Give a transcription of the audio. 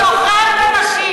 כל הזמן מופרעת,